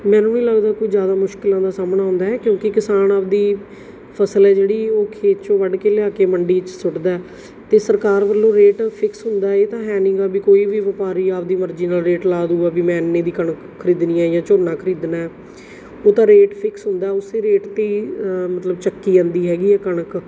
ਮੈਨੂੰ ਨਹੀਂ ਲੱਗਦਾ ਕੋਈ ਜ਼ਿਆਦਾ ਮੁਸ਼ਕਿਲਾਂ ਦਾ ਸਾਹਮਣਾ ਆਉਂਦਾ ਹੈ ਕਿਉਂਕਿ ਕਿਸਾਨ ਆਪਣੀ ਫ਼ਸਲ ਹੈ ਜਿਹੜੀ ਉਹ ਖੇਤ ਚੋਂ ਵੱਢ ਕੇ ਲਿਆ ਕੇ ਮੰਡੀ 'ਚ ਸੁੱਟਦਾ ਅਤੇ ਸਰਕਾਰ ਵੱਲੋਂ ਰੇਟ ਫਿਕਸ ਹੁੰਦਾ ਇਹ ਤਾਂ ਹੈ ਨਹੀਂ ਗਾ ਵੀ ਕੋਈ ਵੀ ਵਪਾਰੀ ਆਪਦੀ ਮਰਜ਼ੀ ਨਾਲ ਰੇਟ ਲਾ ਦੂਗਾ ਵੀ ਮੈਂ ਐਨੀ ਦੀ ਕਣਕ ਖਰੀਦਣੀ ਜਾਂ ਝੋਨਾ ਖਰੀਦਣਾ ਉਹ ਤਾਂ ਰੇਟ ਫਿਕਸ ਹੁੰਦਾ ਉਸ ਰੇਟ 'ਤੇ ਮਤਲਬ ਚੱਕੀ ਜਾਂਦੀ ਹੈਗੀ ਆ ਕਣਕ